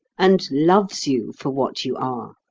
and loves you for what you are.